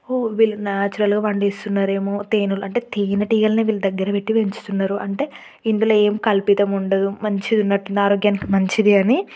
ఓ వీళ్ళు నాచురల్గా పండిస్తున్నారు ఏమో తేనెలు అంటే తేనెటీగలు అనే వీళ్ళ దగ్గర పెట్టి పెంచుతున్నారు అంటే ఇందులో ఏం కల్పితం ఉండదు మంచిదున్నట్టుంది ఆరోగ్యానికి మంచిది అని